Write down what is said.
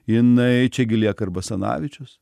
jinai čia gi lieka ir basanavičius